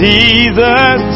Jesus